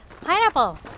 pineapple